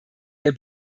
der